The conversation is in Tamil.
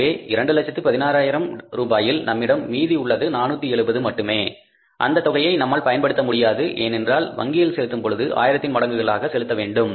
எனவே 2 லட்சத்து 16 ஆயிரம் ரூபாயில் நம்மிடம் மீதி உள்ளது ரூபாய் 470 மட்டுமே அந்தத் தொகையை நம்மால் பயன்படுத்த முடியாது ஏனென்றால் வங்கியில் செலுத்தும் பொழுது ஆயிரத்தின் மடங்குகளாக செலுத்த வேண்டும்